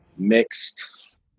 mixed